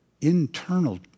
internal